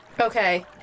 Okay